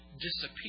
disappear